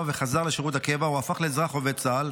וחזר לשירות הקבע או הפך לאזרח עובד צה"ל,